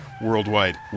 worldwide